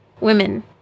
women